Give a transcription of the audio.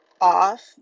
off